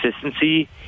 consistency